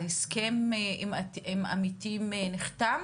ההסכם עם עמיתים נחתם?